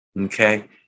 okay